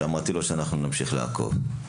ואמרתי לו שאנחנו נמשיך לעקוב.